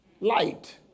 light